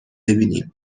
ببینیم